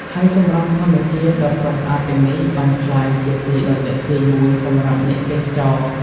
ហើយសម្រស់ធម្មជាតិដ៏ស្រស់ស្អាតទាំងនេះ បានក្លាយជាទីដ៏ទាក់ទាញមួយសម្រាប់អ្នកទេសចរ។